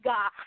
God